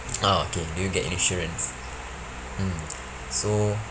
oh okay do you get an insurance mm so